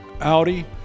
Audi